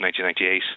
1998